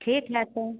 ठीक है तो